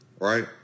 right